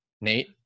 Nate